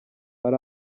ari